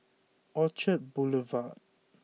Orchard Boulevard